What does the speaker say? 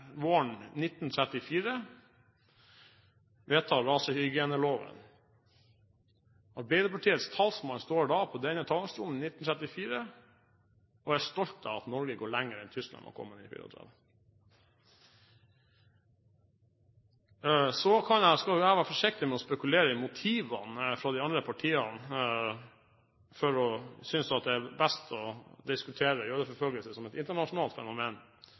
våren 1934 vedtar rasehygieneloven. Arbeiderpartiets talsmann står da på denne talerstolen og er stolt av at Norge går lenger enn Tyskland – i 1934. Så skal jeg være forsiktig med å spekulere i motivene til de andre partiene for å mene at det er best å diskutere jødeforfølgelse som et internasjonalt fenomen,